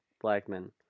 Blackman